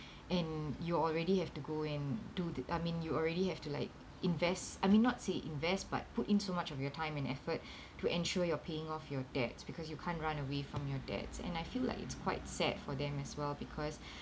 and you already have to go and do th~ I mean you already you have to like invest I mean not say invest but put in so much of your time and effort to ensure you're paying off your debts because you can't run away from your debts and I feel like it's quite sad for them as well because